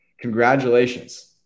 Congratulations